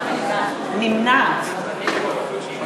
אמרתי "נמנעת".